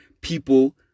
people